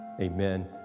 Amen